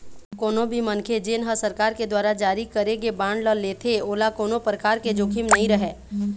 कोनो भी मनखे जेन ह सरकार के दुवारा जारी करे गे बांड ल लेथे ओला कोनो परकार के जोखिम नइ रहय